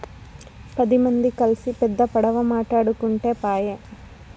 పది మంది కల్సి పెద్ద పడవ మాటాడుకుంటే పాయె